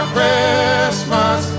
Christmas